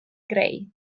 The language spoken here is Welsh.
greu